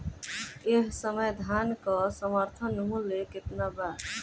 एह समय धान क समर्थन मूल्य केतना बा?